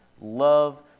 love